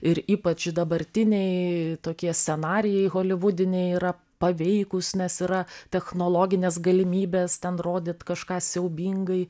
ir ypač dabartiniai tokie scenarijai holivudiniai yra paveikūs nes yra technologinės galimybės ten rodyt kažką siaubingai